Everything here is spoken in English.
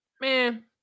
man